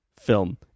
film